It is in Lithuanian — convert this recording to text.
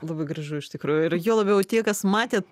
labai gražu iš tikrųjų ir juo labiau tie kas matėt